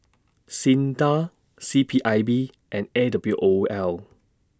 SINDA C P I B and A W O L